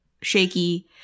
shaky